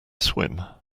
swim